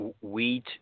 wheat